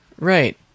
Right